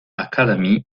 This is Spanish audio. academy